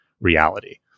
reality